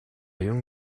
young